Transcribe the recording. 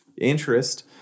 interest